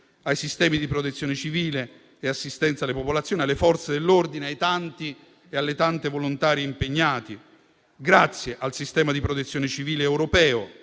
ai sistemi di protezione civile e assistenza alle popolazioni, alle Forze dell'ordine, ai tanti volontari e alle tante volontarie impegnati. Un grazie al sistema di Protezione civile europeo,